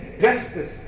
justice